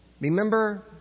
Remember